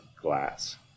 glass